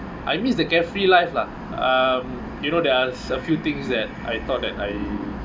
I miss the carefree life lah um you know there are a few things that I thought that I